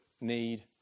need